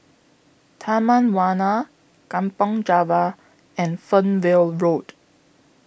Taman Warna Kampong Java and Fernvale Road